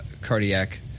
cardiac